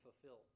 fulfilled